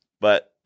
But-